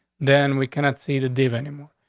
then we cannot see the dave anymore.